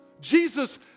Jesus